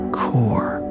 core